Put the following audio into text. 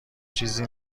چیزی